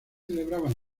celebraban